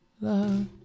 love